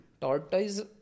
Tortoise